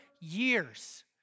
years